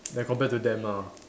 like compared to them ah